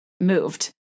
moved